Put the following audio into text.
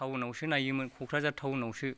टाउनावसो नायोमोन क'क्राझार टाउनआवसो